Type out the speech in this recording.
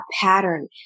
pattern